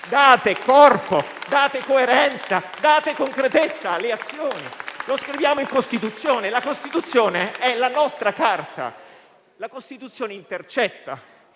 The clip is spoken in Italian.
Date corpo, coerenza e concretezza con le azioni. Lo scriviamo in Costituzione. La Costituzione è la nostra Carta. La Costituzione intercetta